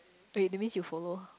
wait that means you follow